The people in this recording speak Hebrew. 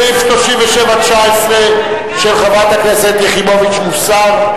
סעיף 37(19), של חברת הכנסת יחימוביץ, מוסר.